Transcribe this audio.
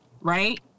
right